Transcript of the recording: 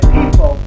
people